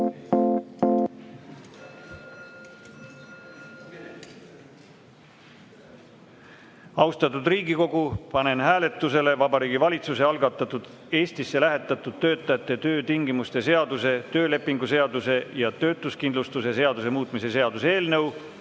juurde? Austatud Riigikogu, panen hääletusele Vabariigi Valitsuse algatatud Eestisse lähetatud töötajate töötingimuste seaduse, töölepingu seaduse ja töötuskindlustuse seaduse muutmise seaduse eelnõu